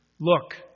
Look